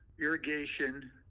irrigation